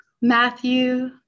Matthew